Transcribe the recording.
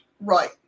right